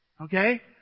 Okay